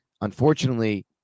unfortunately